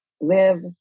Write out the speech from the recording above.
live